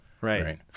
Right